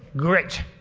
great,